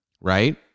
right